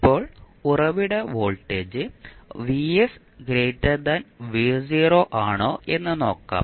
ഇപ്പോൾ ഉറവിട വോൾട്ടേജ് ആണോ എന്ന് നോക്കാം